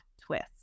twist